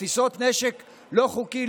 תפיסות נשק לא חוקי,